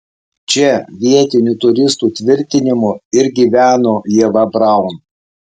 čia vietinių turistų tvirtinimu ir gyveno ieva braun